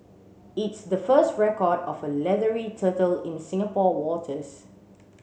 it's the first record of a leathery turtle in Singapore waters